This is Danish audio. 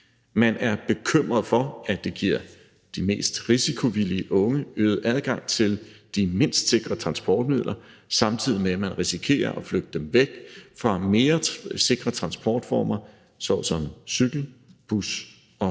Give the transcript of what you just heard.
Man er bekymret for, at det giver de mest risikovillige unge øget adgang til de mindst sikre transportmidler, samtidig med at man risikerer at flytte dem væk fra mere sikre transportformer såsom cykel, bus og bil.